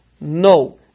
No